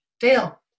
Dale